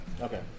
Okay